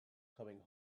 coming